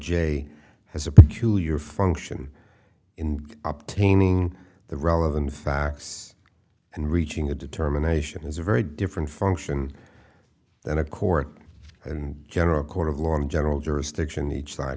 j has a peculiar function in up taming the relevant facts and reaching a determination is a very different function than a court and general court of law in general jurisdiction each side